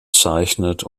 zeichnet